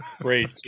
Great